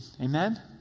amen